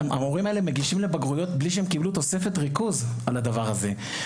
המורים האלה מגישים לבגרויות בלי שהם קיבלו תוספת ריכוז על הדבר הזה.